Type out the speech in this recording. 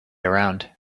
around